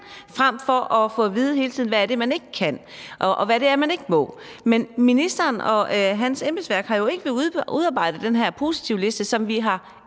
frem for hele tiden at få at vide, hvad det er, man ikke kan, og hvad det er, man ikke må. Men ministeren og hans embedsværk har jo ikke villet udarbejde den her positivliste, som vi har